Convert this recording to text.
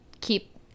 keep